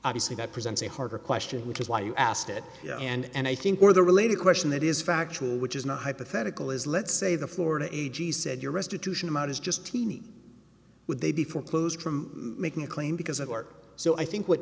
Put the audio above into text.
obviously that presents a harder question which is why you asked it and i think one of the related question that is factual which is not hypothetical is let's say the florida a g said your restitution amount is just teeny would they be foreclosed from making a claim because it work so i think what